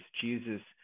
Jesus